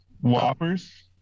whoppers